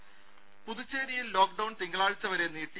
രുഭ പുതുച്ചേരിയിൽ lockdown തിങ്കളാഴ്ച വരെ നീട്ടി